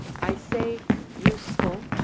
i say useful,